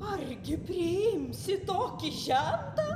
argi priimsi tokį žentą